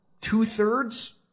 two-thirds